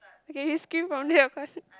okay you scream from there